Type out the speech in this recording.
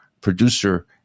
producer